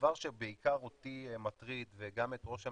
שהדבר שבעיקר אותי מטריד, וגם את ראש הממשלה,